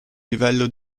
livello